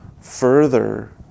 further